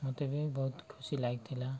ମୋତେ ବି ବହୁତ ଖୁସି ଲାଗିଥିଲା